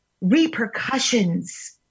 repercussions